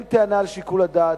אין טענה על שיקול הדעת.